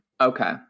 Okay